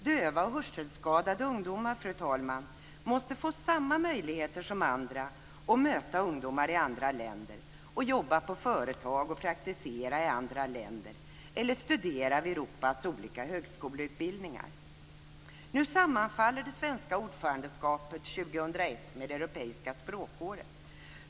Döva och hörselskadade ungdomar, fru talman, måste få samma möjligheter som andra att möta ungdomar i andra länder, jobba på företag och praktisera i andra länder eller studera vid Nu sammanfaller det svenska ordförandeskapet 2001 med det europeiska språkåret.